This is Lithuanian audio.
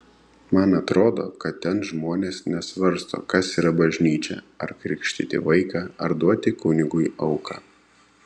man atrodo kad ten žmonės nesvarsto kas yra bažnyčia ar krikštyti vaiką ar duoti kunigui auką